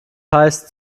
heißt